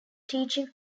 teaching